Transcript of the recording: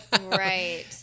right